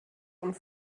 und